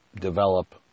develop